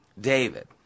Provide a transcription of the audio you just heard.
David